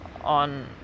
on